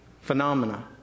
phenomena